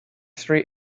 street